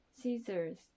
scissors